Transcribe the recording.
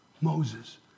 Moses